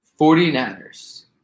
49ers